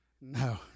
no